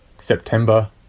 September